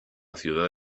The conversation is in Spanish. ciudad